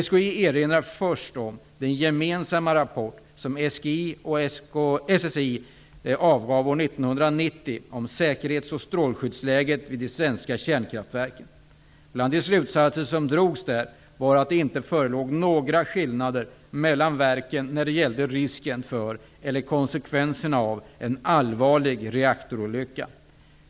SKI erinrar först om den gemensamma rapport som Bland de slutsatser som drogs där var att det inte förelåg några skillnader mellan verken när det gällde risken för eller konsekvenserna av en allvarlig reaktorolycka.